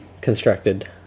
constructed